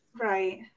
right